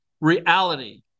reality